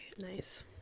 nice